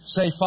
Say